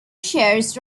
shares